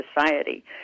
society